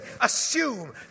assume